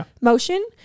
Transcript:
motion